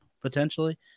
potentially